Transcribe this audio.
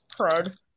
Crud